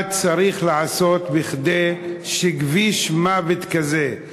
מה צריך לעשות כדי שכביש מוות כזה,